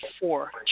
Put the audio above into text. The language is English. four